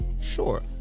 Sure